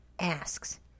asks